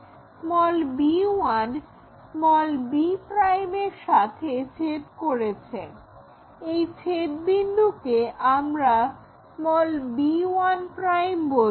b1 b এর সাথে ছেদ করেছে এই ছেদবিন্দুকে আমরা b1 বলছি